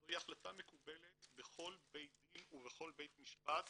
זו החלטה מקובלת בכל בית דין ובכל בית משפט